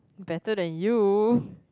better than you